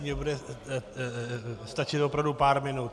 Mně bude stačit opravdu pár minut.